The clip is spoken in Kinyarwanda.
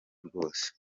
rwose